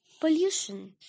Pollution